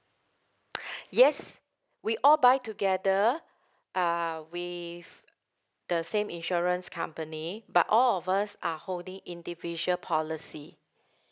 yes we all buy together uh with the same insurance company but all of us are holding individual policy